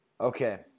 Okay